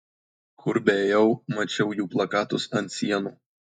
kur beėjau mačiau jų plakatus ant sienų